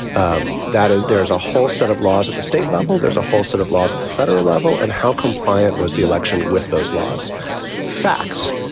um that is, there's a whole set of laws at the state level. there's a whole set of laws at the federal level. and how compliant was the election with those laws facts?